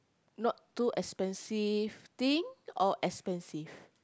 not too expensive thing or expensive